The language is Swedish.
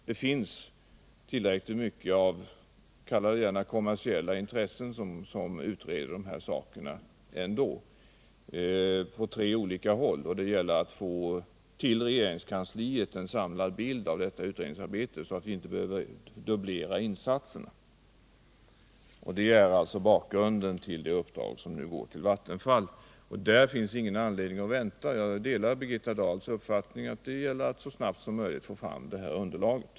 Det finns tillräckligt mycket av — kalla det gärna kommersiella — intressen som utreder de här sakerna, närmare bestämt på tre olika håll, och det gäller att till regeringskansliet få en samlad bild av detta utredningsarbete, så att vi inte behöver dubblera insatserna. Detta är alltså bakgrunden till det uppdrag som går till Vattenfall. Det finns ingen anledning att vänta. Jag delar Birgitta Dahls uppfattning att det gäller att så snart som möjligt få fram detta underlag.